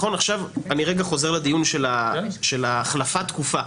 עכשיו אני חוזר לדיון של החלפת תקופה.